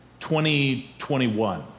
2021